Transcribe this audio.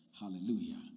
Hallelujah